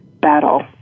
battle